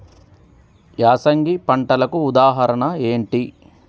యాసంగి పంటలకు ఉదాహరణ ఏంటి?